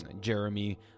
Jeremy